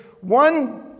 one